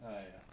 !aiya!